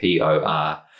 POR